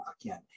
again